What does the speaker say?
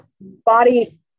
body